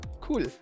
Cool